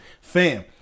fam